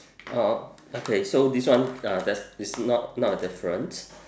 orh okay so this one uh there's is not not a difference